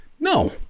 No